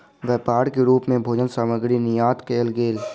व्यापार के रूप मे भोजन सामग्री निर्यात कयल गेल